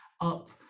up